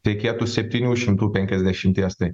reikėtų septynių šimtų penkiasdešimties tai